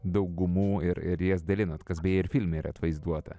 daug gumų ir ir jas dalinot kas beje ir filme ir atvaizduota